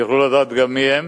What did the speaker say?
יוכלו גם לדעת מי הם,